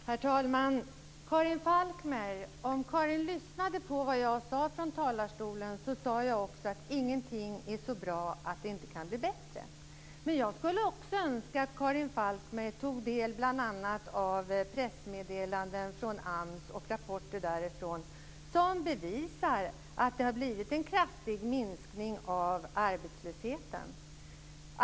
Herr talman! Om Karin Falkmer hade lyssnat på vad jag sade från talarstolen hade hon hört att jag också sade att ingenting är så bra att det inte kan bli bättre. Men jag skulle också önska att Karin Falkmer tog del av bl.a. pressmeddelanden och rapporter från AMS som bevisar att det har skett en kraftig minskning av arbetslösheten.